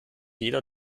jeder